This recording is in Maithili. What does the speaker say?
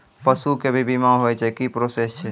पसु के भी बीमा होय छै, की प्रोसेस छै?